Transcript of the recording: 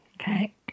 okay